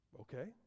Okay